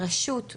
הרשות,